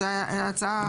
זו הצעה